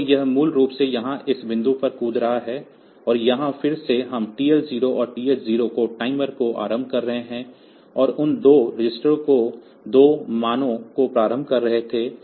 तो यह मूल रूप से यहाँ इस बिंदु पर कूद रहा है और यहाँ फिर से हम TL0 और TH0 को टाइमर को आरम्भ कर रहे हैं और उन 2 रजिस्टरों को 2 मानों को प्रारंभ कर रहे थे